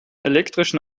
elektrischen